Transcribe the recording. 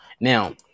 Now